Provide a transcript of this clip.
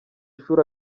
ishuri